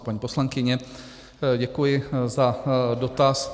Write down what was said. Paní poslankyně, děkuji za dotaz.